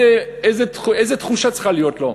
איזו תחושה צריכה להיות לו,